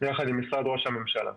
עם משרד ראש הממשלה.